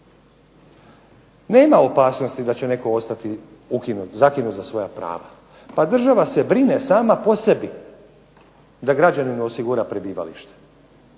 Nema opasnosti da će netko ostati zakinut za svoja prava. Pa država se brine sama po sebi da građaninu osigura prebivalište.